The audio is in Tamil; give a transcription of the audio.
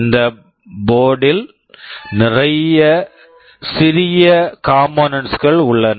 இந்த போர்ட்டு board -வில் நிறைய சிறிய காம்போனென்ட்ஸ் components கள் உள்ளன